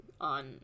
on